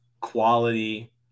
quality